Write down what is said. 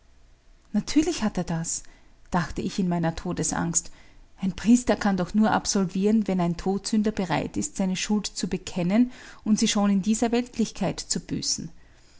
natürlich hat er das dachte ich in meiner todesangst ein priester kann doch nur absolvieren wenn ein todsünder bereit ist seine schuld zu bekennen und sie schon in dieser weltlichkeit zu büßen